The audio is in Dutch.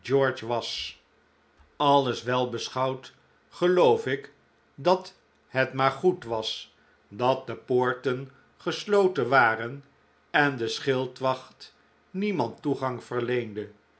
was alles welbeschouwd geloof ik dat het maar goed was dat de poorten gesloten waren en de schildwacht niemand toegang verleende